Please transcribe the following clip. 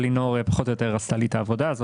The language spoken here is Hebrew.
אבל לינור עשתה לי את העבודה.